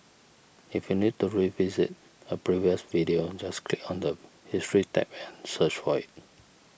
if you need to revisit a previous video just click on the history tab and search for it